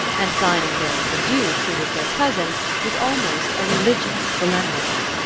and dining there with a duke who was their cousin was almost a religious solemnity.